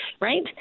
right